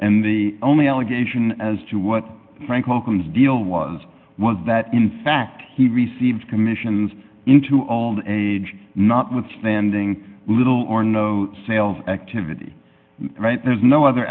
and the only allegation as to what frank welcomes deal was was that in fact he received commissions into all age notwithstanding little or no sales activity there's no other